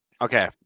Okay